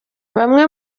bamwe